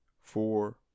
four